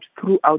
throughout